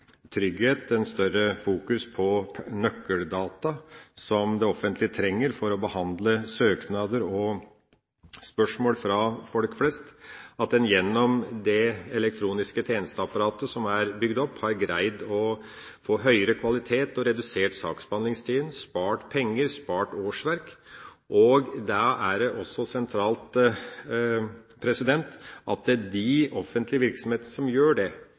nøkkeldata som det offentlige trenger for å behandle søknader og spørsmål fra folk flest, og at en gjennom det elektroniske tjenesteapparatet som er bygd opp, har greid å få høyere kvalitet, redusert saksbehandlingstida, spart penger og spart årsverk. Da er det også sentralt at Finansdepartementet gir offentlige virksomheter som gjør dette, et håndslag, sånn at de offentlige instansene har et egenmotiv for å gjøre det